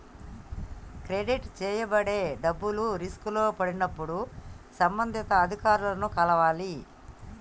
credit చేయబడే డబ్బులు రిస్కులో పడినప్పుడు సంబంధిత అధికారులను కలవాలి